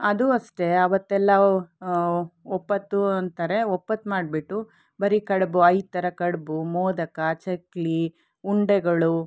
ಅದು ಅಷ್ಟೇ ಆವತ್ತೆಲ್ಲ ಒಪ್ಪತ್ತು ಅಂತಾರೇ ಒಪ್ಪತ್ತು ಮಾಡ್ಬಿಟ್ಟು ಬರೀ ಕಡಬು ಐದು ಥರ ಕಡುಬು ಮೋದಕ ಚಕ್ಲಿ ಉಂಡೆಗಳು